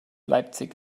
leipzig